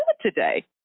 today